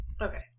okay